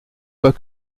pas